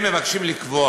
הם מבקשים לקבוע